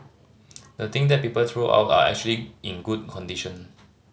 the thing that people throw out are actually in good condition